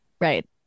right